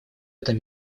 этом